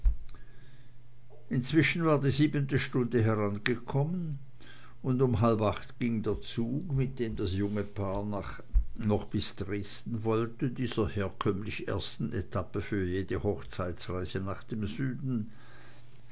inzwischen war die siebente stunde herangekommen und um halb acht ging der zug mit dem das junge paar noch bis dresden wollte dieser herkömmlich ersten etappe für jede hochzeitsreise nach dem süden